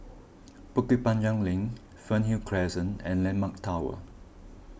Bukit Panjang Link Fernhill Crescent and Landmark Tower